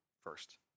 first